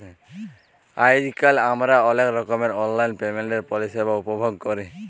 আইজকাল আমরা অলেক রকমের অললাইল পেমেল্টের পরিষেবা উপভগ ক্যরি